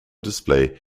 display